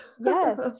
Yes